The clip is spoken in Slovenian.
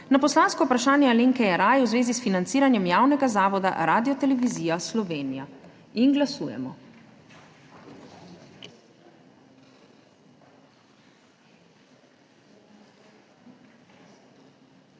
na poslansko vprašanje Alenke Jeraj v zvezi s financiranjem Javnega zavoda Radiotelevizija Slovenija. Glasujemo.